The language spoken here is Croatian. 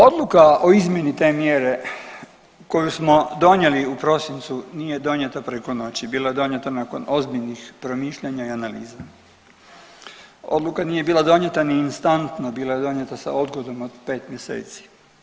Odluka o izmjeni te mjere koju smo donijeli u prosincu nije donijeta preko noći, bila je donijeta nakon ozbiljnih promišljanja i analiza, odluka nije donijeta ni instantno, bila je donijeta sa odgodom od 5 mjeseci.